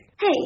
Hey